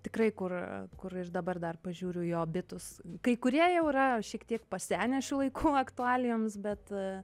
tikrai kur kur ir dabar dar pažiūriu jo bitus kai kurie jau yra šiek tiek pasenę šių laikų aktualijoms bet